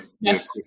Yes